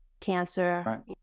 cancer